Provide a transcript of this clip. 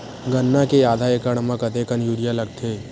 गन्ना के आधा एकड़ म कतेकन यूरिया लगथे?